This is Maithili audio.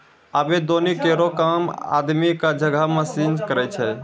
आबे दौनी केरो काम आदमी क जगह मसीन करै छै